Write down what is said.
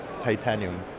titanium